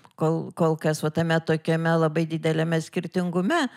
kol kol kas va tame tokiame labai dideliame skirtingume